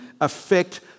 affect